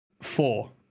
four